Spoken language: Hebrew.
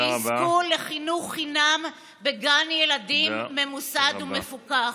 שיזכו לחינוך חינם בגן ילדים ממוסד ומפוקח.